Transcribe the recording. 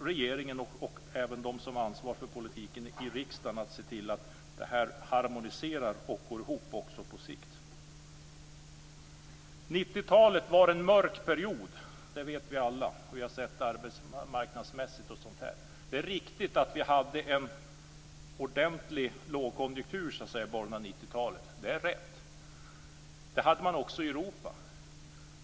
regeringen och även de som ansvarar för politiken i riksdagen att se till att det harmoniserar och går ihop också på sikt. 90-talet var en mörk period arbetsmarknadsmässigt. Det vet vi alla. Det är riktigt att vi hade en ordentlig lågkonjunktur i början av 90-talet. Det är rätt. Det hade man också i Europa.